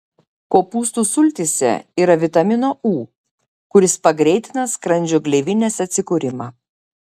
kopūstų sultyse yra vitamino u kuris pagreitina skrandžio gleivinės atsikūrimą